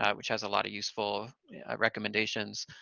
which has a lot of useful recommendations,